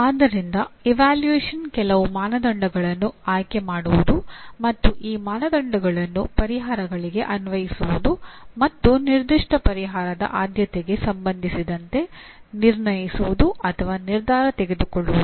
ಆದ್ದರಿಂದಇವ್ಯಾಲ್ಯೂಯೇಷನ್ ಕೆಲವು ಮಾನದಂಡಗಳನ್ನು ಆಯ್ಕೆಮಾಡುವುದು ಮತ್ತು ಈ ಮಾನದಂಡಗಳನ್ನು ಪರಿಹಾರಗಳಿಗೆ ಅನ್ವಯಿಸುವುದು ಮತ್ತು ನಿರ್ದಿಷ್ಟ ಪರಿಹಾರದ ಆದ್ಯತೆಗೆ ಸಂಬಂಧಿಸಿದಂತೆ ನಿರ್ಣಯಿಸುವುದು ಅಥವಾ ನಿರ್ಧಾರ ತೆಗೆದುಕೊಳ್ಳುವುದು